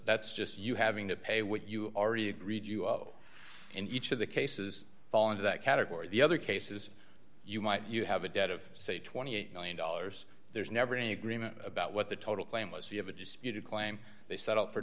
that's just you having to pay what you already agreed you owe and each of the cases fall into that category the other cases you might you have a debt of say twenty eight one million dollars there's never any agreement about what the total claim was you have a disputed claim they set